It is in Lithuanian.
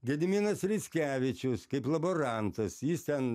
gediminas rickevičius kaip laborantas jis ten